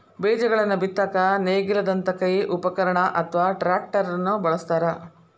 ಬೇಜಗಳನ್ನ ಬಿತ್ತಾಕ ನೇಗಿಲದಂತ ಕೈ ಉಪಕರಣ ಅತ್ವಾ ಟ್ರ್ಯಾಕ್ಟರ್ ನು ಬಳಸ್ತಾರ